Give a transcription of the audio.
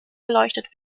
beleuchtet